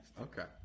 Okay